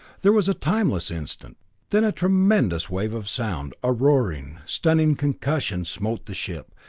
there was a timeless instant then a tremendous wave of sound, a roaring, stunning concussion smote the ship,